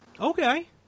Okay